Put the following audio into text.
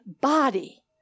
body